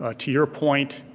ah to your point,